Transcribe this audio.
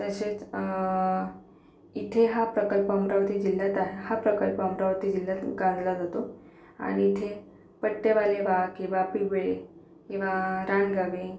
तसेच इथे हा प्रकल्प अमरावती जिल्ह्यात आहे हा प्रकल्प अमरावती जिल्ह्यातून गणला जातो आणि इथे पट्टेवाले वाघ किंवा बिबळे किंवा रानगवे